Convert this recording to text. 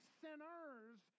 sinners